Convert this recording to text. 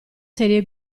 serie